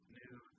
new